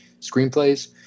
screenplays